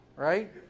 Right